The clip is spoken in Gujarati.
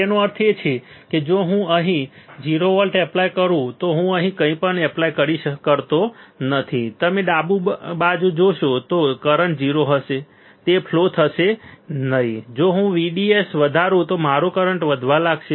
તેનો અર્થ એ છે કે જો હું અહીં 0 વોલ્ટેજ એપ્લાય કરું તો હું અહીં કંઈપણ એપ્લાય કરતો નથી તમે ડાબી બાજુ જોશો તો કરંટ 0 હશે તે ફ્લો થશે નહીં જો હું VDS વધારું તો મારો કરંટ વધવા લાગશે